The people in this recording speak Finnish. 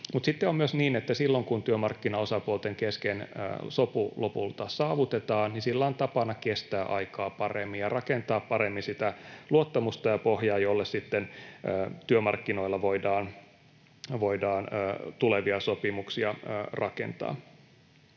sitten on myös niin, että silloin kun työmarkkinaosapuolten kesken sopu lopulta saavutetaan, niin sillä on tapana kestää aikaa paremmin ja rakentaa paremmin sitä luottamusta ja pohjaa, jolle sitten työmarkkinoilla voidaan tulevia sopimuksia rakentaa.